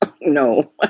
No